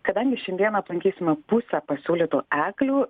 kadangi šiandien aplankysime pusę pasiūlytų eglių